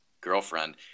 girlfriend –